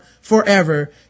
forever